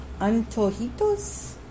antojitos